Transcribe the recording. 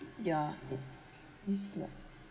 ya it's like